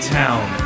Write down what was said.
town